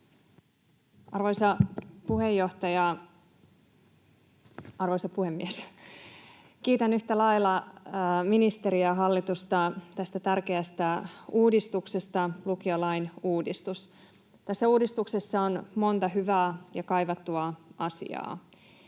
18:07 Content: Arvoisa puhemies! Kiitän yhtä lailla ministeriä ja hallitusta tästä tärkeästä lukiolain uudistuksesta. Tässä uudistuksessa on monta hyvää ja kaivattua asiaa.